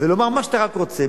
ולומר מה שאתה רק רוצה.